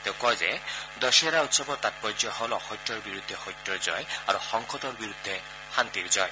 তেওঁ কয় যে দশেৰা উৎসৱৰ তাৎপৰ্য হ'ল অসত্যৰ বিৰুদ্ধে সত্যৰ জয় আৰু সংকটৰ বিৰুদ্ধে শান্তিৰ জয়